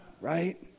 right